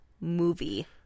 movie